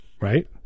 Right